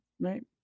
Right